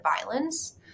violence